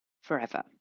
forever